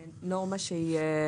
סנקציה.